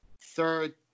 third